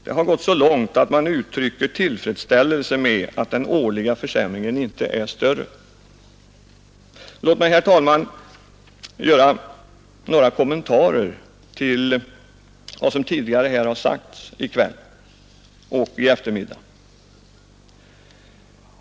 Det har gått så långt att man uttrycker tillfredsställelse med att den årliga försämringen inte är större, Låt mig, herr talman, göra några kommentarer till vad som tidigare har sagts i kväll och i eftermiddag.